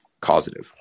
causative